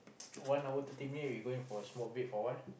one hour thirty minutes we going to a small break for a while